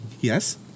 Yes